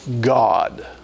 God